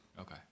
Okay